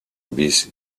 bis